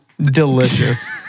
Delicious